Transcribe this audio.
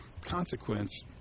consequence